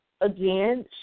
again